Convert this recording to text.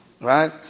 right